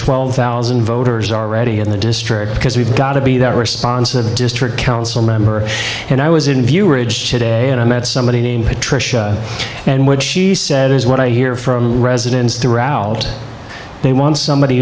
twelve thousand voters already in the district because we've got to be that responsive district council member and i was in view ridge today and i met somebody named patricia and what she said is what i hear from residents throughout they want somebody